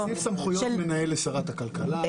אפשר להוסיף סמכויות מנהל לשרת הכלכלה.